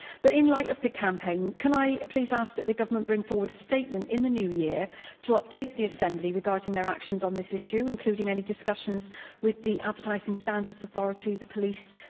but in light of the campaign, can i please ask that the government bring forward a statement in the new year to update the assembly regarding their actions on this issue, including any discussions with the advertising standards authority, the police,